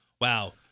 wow